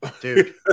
Dude